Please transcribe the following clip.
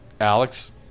Alex